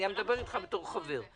אני הרי מדבר איתך בתור חבר.